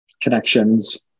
connections